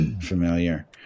familiar